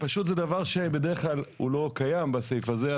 פשוט זה דבר שבדרך כלל הוא לא קיים בסעיף הזה,